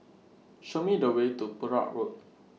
Show Me The Way to Perak Road